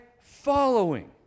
following